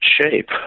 shape